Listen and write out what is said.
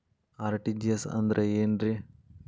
RTGS ಅಂದ್ರ ಏನ್ರಿ?